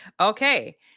Okay